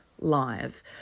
live